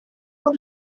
want